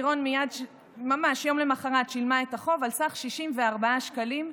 לירון שילמה את החוב על סך 64 שקלים מייד,